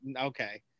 okay